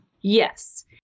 yes